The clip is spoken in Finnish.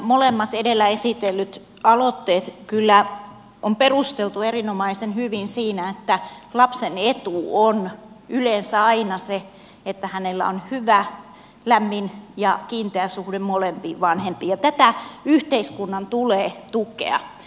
molemmat edellä esitellyt aloitteet kyllä on perusteltu erinomaisen hyvin siinä että lapsen etu on yleensä aina se että hänellä on hyvä lämmin ja kiinteä suhde molempiin vanhempiin ja tätä yhteiskunnan tulee tukea